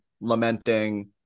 lamenting